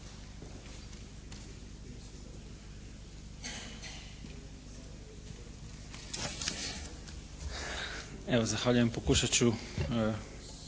Evo zahvaljujem. Pokušat ću